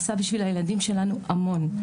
עשה בשביל הילדים שלנו המון.